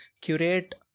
curate